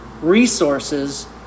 resources